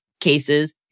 cases